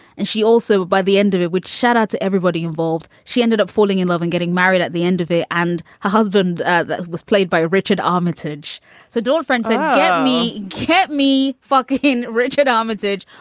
and she also, by the end of it, would shout out to everybody involved. she ended up falling in love and getting married at the end of it. and her husband ah was played by richard armitage so your friends in me kept me fuckin richard armitage.